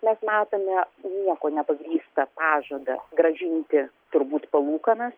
nes matome niekuo nepagrįstą pažadą grąžinti turbūt palūkanas